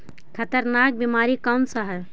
खतरनाक बीमारी कौन सा है?